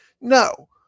no